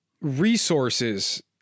resources